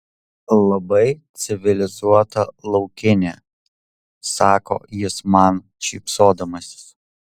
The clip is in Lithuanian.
labai civilizuota laukinė sako jis man šypsodamasis